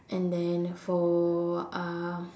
and then for uh